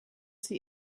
sie